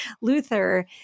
Luther